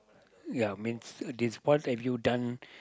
ya means this what have you done